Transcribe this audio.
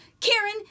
Karen